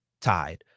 tied